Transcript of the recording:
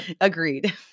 agreed